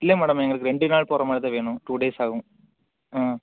இல்லை மேடம் எங்களுக்கு ரெண்டு நாள் போகிற மாதிரிதான் வேணும் டூ டேஸ் ஆகும்